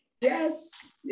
Yes